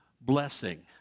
blessing